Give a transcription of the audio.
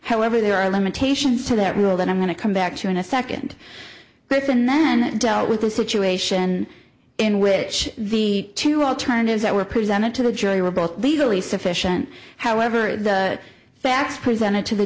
however there are limitations to that rule that i'm going to come back to in a second place and then dealt with the situation in which the two alternatives that were presented to the jury were both legally sufficient however the facts presented to the